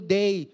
day